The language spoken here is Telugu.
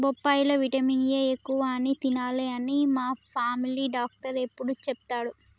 బొప్పాయి లో విటమిన్ ఏ ఎక్కువ అని తినాలే అని మా ఫామిలీ డాక్టర్ ఎప్పుడు చెపుతాడు